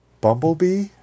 Bumblebee